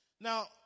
Now